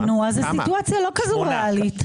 זאת סיטואציה לא כזו ריאלית.